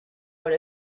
what